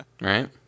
Right